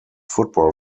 football